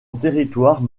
territoire